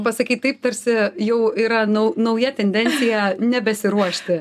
pasakei taip tarsi jau yra nau nauja tendencija nebesiruošti